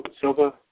Silva